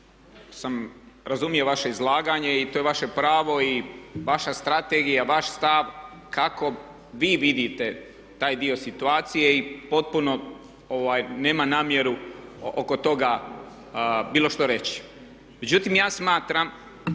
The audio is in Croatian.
sam razumio vaše izlaganje i to je vaše pravo i vaša strategija, vaš stav kako vi vidite taj dio situacije i potpuno nemam namjeru oko toga bilo što reći. Međutim, ja smatram